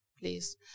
please